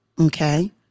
Okay